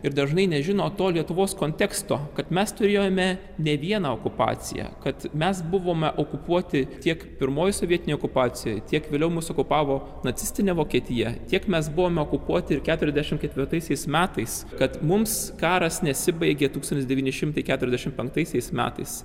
ir dažnai nežino to lietuvos konteksto kad mes turėjome ne vieną okupaciją kad mes buvome okupuoti tiek pirmojoj sovietinėj okupacijoj tiek vėliau mus okupavo nacistinė vokietija tiek mes buvome okupuoti ir keturiasdešim ketvirtaisiais metais kad mums karas nesibaigė tūkstantis devyni šimtai keturiasdešim penktaisiais metais